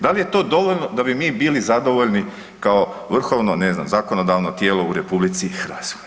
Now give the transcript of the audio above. Da li je to dovoljno da bi mi bili zadovoljni kao vrhovno, ne znam, zakonodavno tijelo u RH?